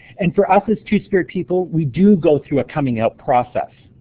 and for us as two-spirit people we do go through a coming out process,